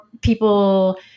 people